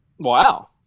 Wow